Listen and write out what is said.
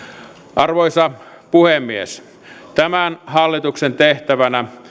arvoisa puhemies tämän hallituksen tehtävänä